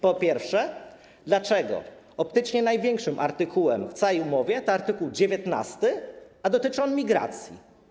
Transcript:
Po pierwsze, dlaczego optycznie największym artykułem w całej umowie jest art. 19, a dotyczy on migracji?